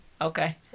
Okay